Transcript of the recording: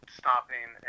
stopping